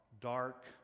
dark